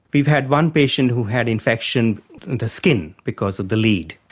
we've had one patient who had infection in the skin because of the lead.